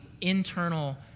internal